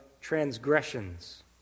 transgressions